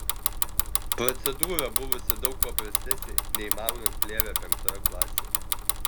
procedūra buvusi daug paprastesnė nei maunant plėvę penktoje klasėje